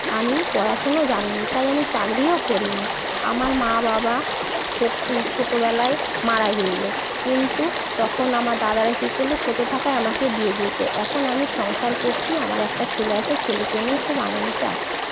আমি পড়াশোনো জানি নি তাই আমি চাকরিও করিনি আমার মা বাবা ছোটো ছোটোবেলায় মারা গেলো কিন্তু তখন আমার দাদারা কি করল ছোটো থাকায় আমাকে বিয়ে দিয়েছে এখন আমি সংসার করছি আমার একটা ছেলে আছে ছেলেকে নিয়ে খুব আনন্দে আছি